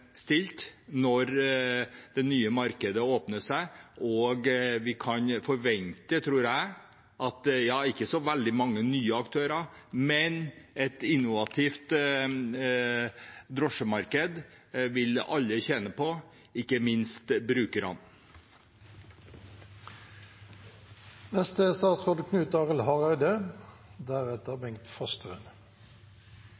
stilt når det nye markedet åpner. Jeg tror ikke vi kan forvente så veldig mange nye aktører, men et innovativt drosjemarked vil alle tjene på, ikke minst